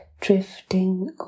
drifting